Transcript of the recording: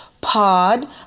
pod